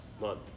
month